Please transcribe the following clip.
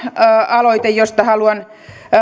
aloite josta